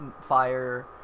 fire